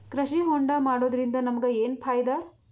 ಕೃಷಿ ಹೋಂಡಾ ಮಾಡೋದ್ರಿಂದ ನಮಗ ಏನ್ ಫಾಯಿದಾ?